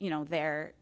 you know they're